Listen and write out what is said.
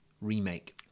remake